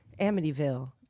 Amityville